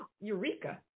Eureka